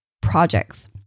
projects